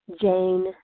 Jane